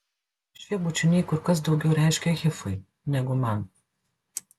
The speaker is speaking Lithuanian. šie bučiniai kur kas daugiau reiškė hifui negu man